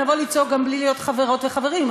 נבוא לצעוק גם בלי להיות חברות וחברים.